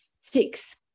Six